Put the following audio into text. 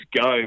go